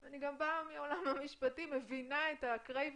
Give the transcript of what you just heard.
אני באה מעולם המשפטים ומבינה את הרצון